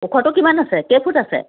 ওখটো কিমান আছে কেইফুট আছে